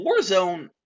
Warzone